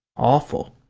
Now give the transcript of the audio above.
awful.